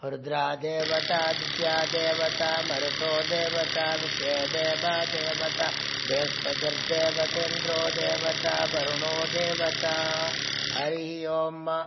रुद्राः देवता आदित्यो देवता मरुतो देवता विश्वे देवा देवता बृहस्पतिर्देवतेन्द्रो देवता वरुणो देवता हरिः ओम्